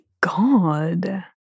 God